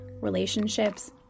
relationships